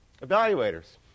evaluators